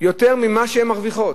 יותר ממה שהן מרוויחות.